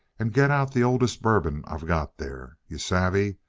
and get out the oldest bourbon i got there. you savvy?